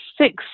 six